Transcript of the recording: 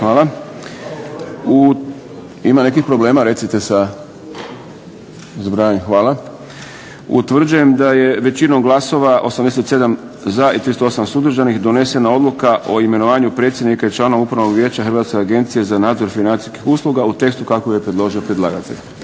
Ima nekih problema sa zbrajanjem? Hvala. Utvrđujem da je većinom glasova 87 za i 38 suzdržanih donesena Odluka o imenovanju predsjednika i članova Upravnog vijeća Hrvatske agencije za nadzor financijskih usluga u tekstu kako ga je predložio predlagatelj.